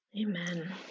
Amen